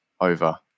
over